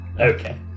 Okay